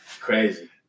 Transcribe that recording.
crazy